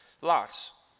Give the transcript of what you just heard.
lots